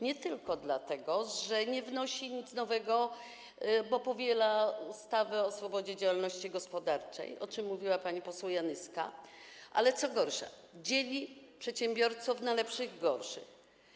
Nie tylko nie wnosi nic nowego, bo powiela ustawę o swobodzie działalności gospodarczej, o czym mówiła pani poseł Janyska, ale także, co gorsza, dzieli przedsiębiorców na lepszych i gorszych.